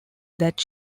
that